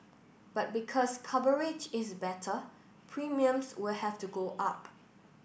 but because coverage is better premiums will have to go up